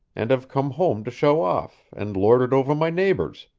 and have come home to show off and lord it over my neighbors,